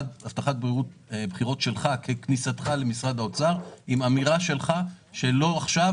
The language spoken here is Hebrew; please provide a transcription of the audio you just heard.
הבטחת בחירות שלך עם כניסתך למשרד האוצר עם אמירה שלך שלא עכשיו,